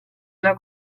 una